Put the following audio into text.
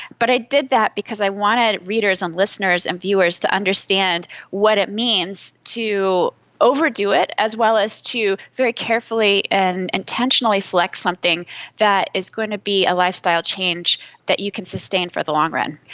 but i did that because i wanted readers and listeners and viewers to understand what it means to overdo it as well as to very carefully and intentionally select something that is going to be a lifestyle change that you can sustain for the long run.